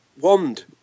wand